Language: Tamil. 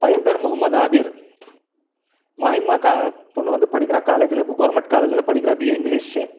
பையன் பேர் முகமத் ஆபீர் மாஹிமா கா பொண்ணு வந்து படிக்கிறா காலேஜில் கவுர்மெண்ட் காலேஜில் படிக்கிறா பிஏ இங்கிலீஷு